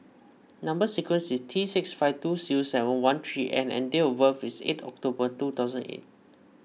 Number Sequence is T six five two zero seven one three N and date of birth is eight October two thousand and eight